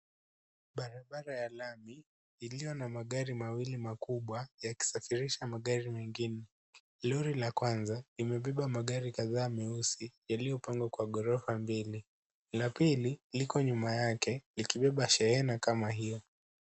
Barabara ya lami iliyo na magari mawili makubwa yakisafirisha magari mengine. Lori la kwanza limebeba magari kadhaa meusi yaliyopangwa kwa ghorofa mbili. La pili, liko nyuma yake likibeba shehena kama hiyo.